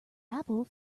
apple